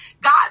God